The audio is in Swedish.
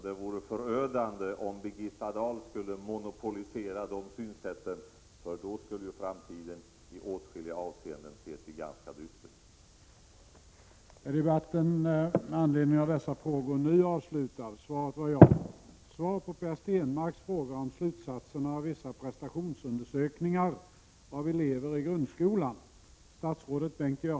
Det vore förödande om Birgitta Dahl skulle monopolisera det synsättet, för då skulle framtiden i åtskilliga avseenden te sig ganska dyster.